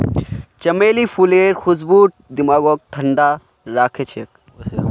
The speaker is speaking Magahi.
चमेली फूलेर खुशबू दिमागक ठंडा राखछेक